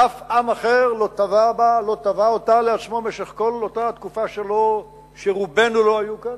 שאף עם אחר לא תבע אותה לעצמו במשך כל אותה התקופה שרובנו לא היו כאן,